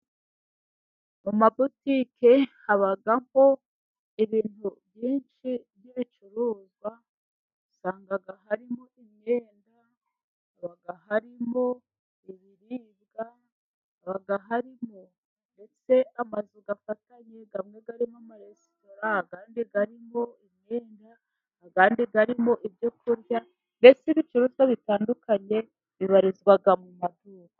Mu ma botike habamo ibintu byinshi by'ibicuruzwa. Usanga harimo imyenda, usanga harimo ibiribwa, usanga haririmo ndetse n'amazu afatanye amwe arimo amaresitora, ayandi arimo imyenda, ayandi arimo ibyokurya .Mbese ibicuruzwa bitandukanye bibarizwa mu maduka.